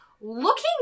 looking